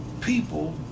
people